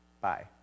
Bye